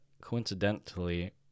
coincidentally